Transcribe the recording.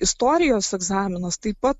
istorijos egzaminas taip pat